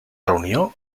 reunió